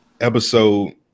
episode